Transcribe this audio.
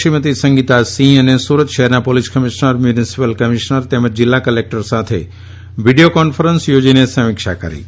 શ્રીમતી સંગીતા સિંહ અને સુરત શહેરના police commissioner municipal commissioner અને જિલ્લા કલેકટરશ્રી સાથે વિડીયો કોન્ફરન્સ યોજીને સમીક્ષા કરી હતી